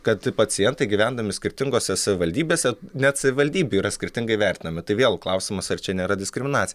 kad pacientai gyvendami skirtingose savivaldybėse net savivaldybių yra skirtingai vertinami tai vėl klausimas ar čia nėra diskriminacija